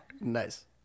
nice